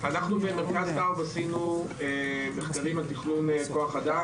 אנחנו במרכז טאוב עשינו מחקרים על תכנון כוח אדם,